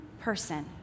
person